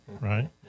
right